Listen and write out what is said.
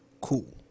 cool